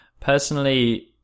personally